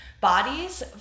bodies